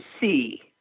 see